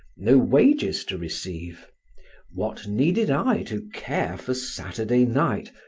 no wages to receive what needed i to care for saturday night,